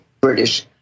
British